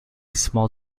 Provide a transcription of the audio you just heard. small